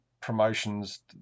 promotions